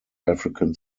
african